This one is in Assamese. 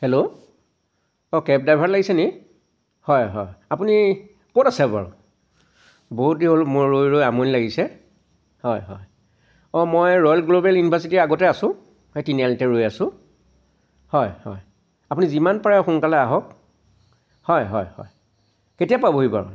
হেল্ল' অঁ কেব ড্ৰাইভাৰত লাগিছে নেকি হয় হয় আপুনি ক'ত আছে বাৰু বহুত দেৰি হ'ল মই ৰৈ ৰৈ আমনি লাগিছে হয় হয় অঁ মই ৰয়েল গ্ল'বেল ইউনিভাৰ্ছিটিৰ আগতে আছোঁ এই তিনিআলিতে ৰৈ আছোঁ হয় হয় আপুনি যিমান পাৰে সোনকালে আহক হয় হয় হয় কেতিয়া পাবহি বাৰু